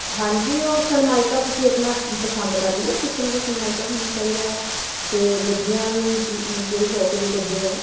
ਹਾਂਜੀ ਉਹ ਸਨਮਾਇਕਾ ਤੁਸੀਂ ਆਪਣਾ ਪਸੰਦ ਕਰ ਲਿਓ ਕਿਸ ਤਰ੍ਹਾਂ ਦਾ ਸਨਮਾਇਕਾ ਤੁਹਾਨੂੰ ਚਾਹੀਦਾ ਇਆ ਅਤੇ ਗੱਦੀਆਂ ਵੀ ਜਿਹੜੇ ਸੋਫ਼ੇ ਦੇ ਗੱਦੇ ਹੈ